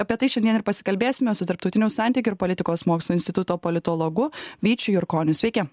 apie tai šiandien ir pasikalbėsime su tarptautinių santykių ir politikos mokslų instituto politologu vyčiu jurkoniu sveiki